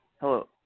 Hello